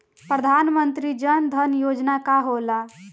प्रधानमंत्री जन धन योजना का होला?